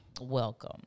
Welcome